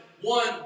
one